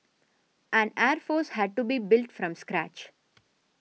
an air force had to be built from scratch